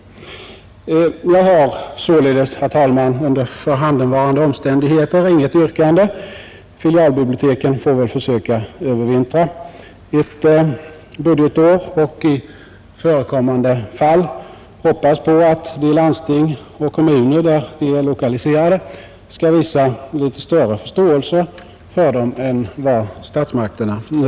Jag har således, herr talman, under förhandenvarande omständigheter inget yrkande. Filialbiblioteken får 'väl försöka övervintra ett budgetår och i förekommande fall hoppas på att de landsting och kommuner där de är lokaliserade skall visa litet större förståelse för dem än vad <Nr63